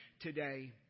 today